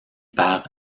par